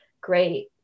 great